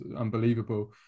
unbelievable